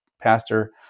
pastor